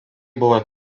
buvo